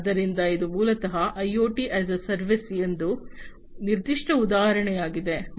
ಆದ್ದರಿಂದ ಇದು ಮೂಲತಃ ಐಒಟಿ ಯಾಸ್ ಎ ಸೇವೆಯ ಒಂದು ನಿರ್ದಿಷ್ಟ ಉದಾಹರಣೆಯಾಗಿದೆ